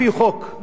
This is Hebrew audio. על-פי חוק,